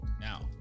now